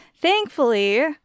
Thankfully